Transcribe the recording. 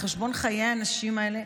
על חשבון חיי הנשים האלה,